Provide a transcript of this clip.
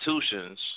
institutions